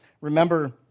remember